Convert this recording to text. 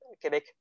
Quebec